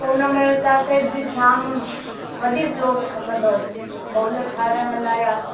हुन तव्हांखे जाम वॾी प्लॉट खपंदव हॉल ठाराइण लाइ या